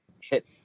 hit